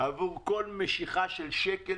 עבור כל משיכה של שקל,